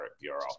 Bureau